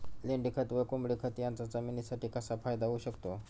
लेंडीखत व कोंबडीखत याचा जमिनीसाठी कसा फायदा होऊ शकतो?